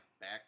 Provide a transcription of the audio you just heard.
back